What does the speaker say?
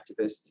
activist